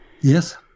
Yes